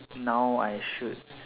now I should